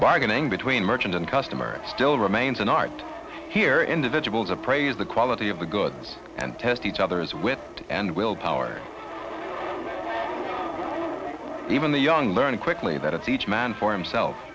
bargaining between merchant and customers still remains an art here individuals appraise the quality of the goods and test each other's wit and willpower even the young learn quickly that it's each man for himself